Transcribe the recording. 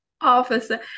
officer